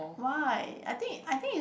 why I think I think it's